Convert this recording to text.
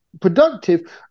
productive